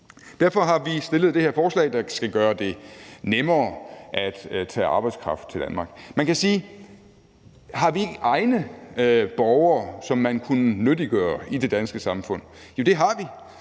Derfor har vi fremsat det her forslag, der skal gøre det nemmere at tage arbejdskraft til Danmark. Man kan spørge: Har vi ikke egne borgere, som man kunne nyttiggøre, i det danske samfund? Jo, det har vi.